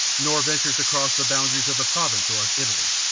nor venture to cross the boundaries of the province or of italy.